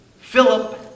Philip